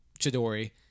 Chidori